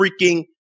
freaking